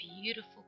beautiful